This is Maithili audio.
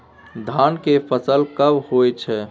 धान के फसल कब होय छै?